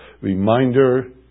reminder